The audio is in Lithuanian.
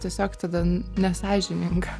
tiesiog tada nesąžininga